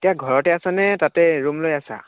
এতিয়া ঘৰতে আছানে তাতে ৰুম লৈ আছা